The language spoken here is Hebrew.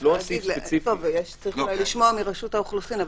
צריך לשמוע מרשות האוכלוסין.